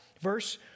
verse